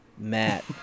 Matt